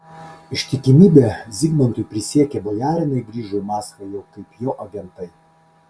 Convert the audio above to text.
ištikimybę zigmantui prisiekę bojarinai grįžo į maskvą jau kaip jo agentai